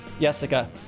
Jessica